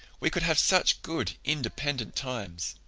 we could have such good, independent times.